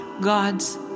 God's